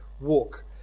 Walk